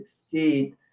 succeed